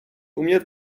umět